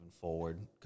forward